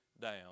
down